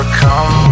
come